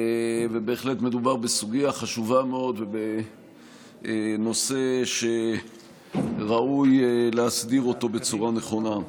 בהחלט מדובר בסוגיה חשובה מאוד ובנושא שראוי להסדיר אותו בצורה נכונה.